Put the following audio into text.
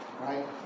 right